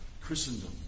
Christendom